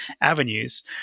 avenues